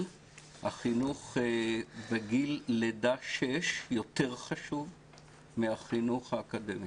החינוך בגיל לידה עד שש יותר חשוב מהחינוך האקדמי.